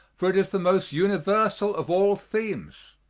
for it is the most universal of all themes.